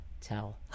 Tell